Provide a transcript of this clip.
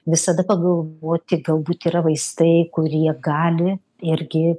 visada pagalvoti galbūt yra vaistai kurie gali irgi